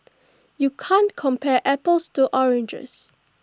you can't compare apples to oranges